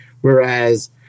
Whereas